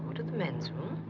to the men's